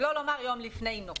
שלא לומר יום לפני אם נוכל.